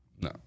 No